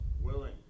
willing